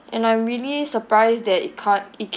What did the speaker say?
and I'm really surprised that it came